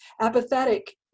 apathetic